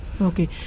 Okay